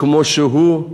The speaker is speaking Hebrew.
כמו שהוא,